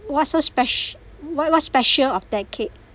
what's so spec~ what what special of that cake